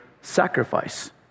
sacrifice